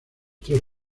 tres